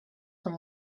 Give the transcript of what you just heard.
from